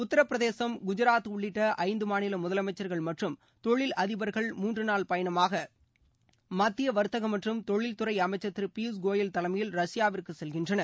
உத்தரப்பிரதேசம் குஜாத் உள்ளிட்ட ஐந்து மாநில முதலமைச்சர்கள் மற்றும் தொழில் அதிபர்கள் மூன்று நாள் பயணமாக மத்திய வர்த்தகம் மற்றும் தொழிந்துறை அமைச்சர் திரு பியூஷ் கோயல் தலைமையில் ரஷ்யாவிற்கு செல்கின்றனர்